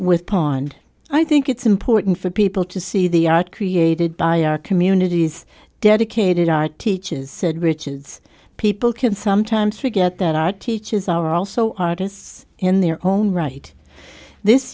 with pond i think it's important for people to see the art created by our communities dedicated our teachers said richards people can sometimes forget that art teachers are also artists in their own right this